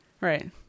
right